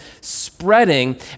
spreading